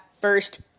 first